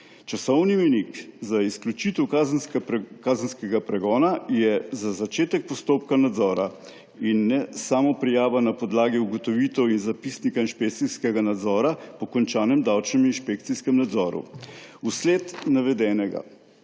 Časovni mejnik za izključitev kazenskega pregona je za začetek postopka nadzora in ne samoprijava na podlagi ugotovitev iz zapisnika inšpekcijskega nadzora po končanem davčnem inšpekcijskem nadzoru. Vsled navedenega